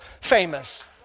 famous